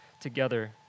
together